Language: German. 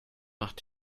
macht